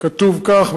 כתוב כך: